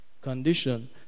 condition